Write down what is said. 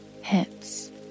Hips